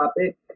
topic